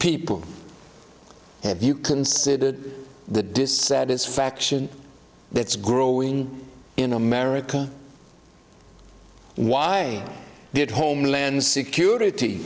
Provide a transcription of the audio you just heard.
people have you considered the dissatisfaction that's growing in america why did homeland security